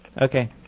Okay